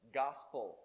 gospel